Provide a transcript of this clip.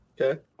Okay